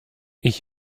ich